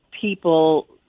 people